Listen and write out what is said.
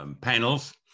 panels